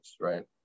right